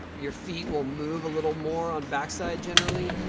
your feet will move a little more on back side, generally,